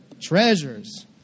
Treasures